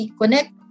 connect